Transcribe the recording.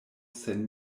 sen